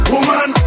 Woman